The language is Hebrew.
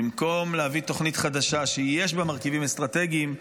במקום להביא תוכנית חדשה שיש בה מרכיבים אסטרטגיים,